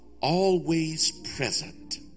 always-present